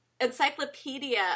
encyclopedia